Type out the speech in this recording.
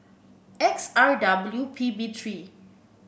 X R W P B three